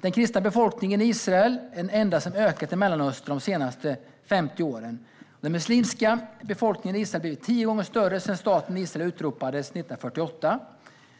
Den kristna befolkningen i Israel är den enda som har ökat i Mellanöstern de senaste 50 åren. Den muslimska befolkningen i Israel har blivit tio gånger större sedan staten Israel utropades 1948.